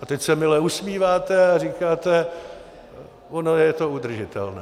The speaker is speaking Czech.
A teď se mile usmíváte a říkáte: ono je to udržitelné.